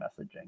messaging